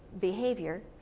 behavior